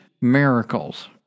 Miracles